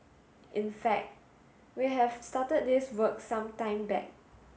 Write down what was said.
in fact we have started this work some time back